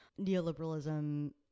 Neoliberalism